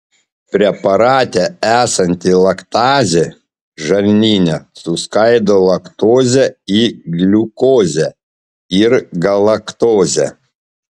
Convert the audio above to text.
preparate esanti laktazė žarnyne suskaido laktozę į gliukozę ir galaktozę